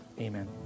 Amen